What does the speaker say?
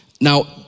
Now